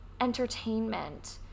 entertainment